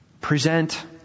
Present